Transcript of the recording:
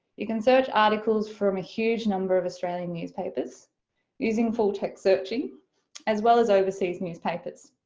you can search articles from a huge number of australian newspapers using full-text searching as well as overseas newspapers.